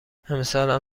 امسالم